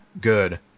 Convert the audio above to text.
good